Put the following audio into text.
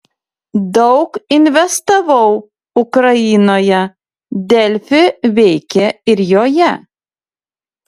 daug investavau ukrainoje delfi veikia ir joje